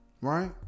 right